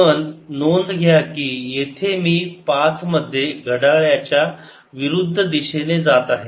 पण नोंद घ्या की येथे मी पाथमध्ये घड्याळाच्या विरुद्ध दिशेने जात आहे